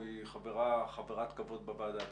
היא חברת כבוד בוועדה.